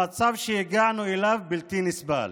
המצב שהגענו אליו בלתי נסבל.